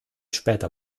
später